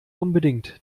unbedingt